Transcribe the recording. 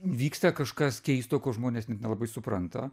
vyksta kažkas keisto ko žmonės nelabai supranta